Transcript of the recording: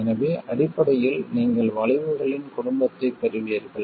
எனவே அடிப்படையில் நீங்கள் வளைவுகளின் குடும்பத்தைப் பெறுவீர்கள்